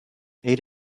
ate